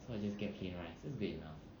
so I just get plain rice that's good enough